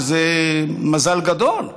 שזה מזל גדול.